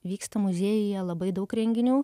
vyksta muziejuje labai daug renginių